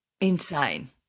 insane